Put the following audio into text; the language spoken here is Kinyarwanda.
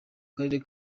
karere